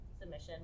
submission